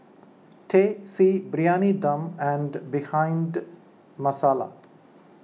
Teh C Briyani Dum and Bhindi Masala